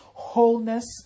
wholeness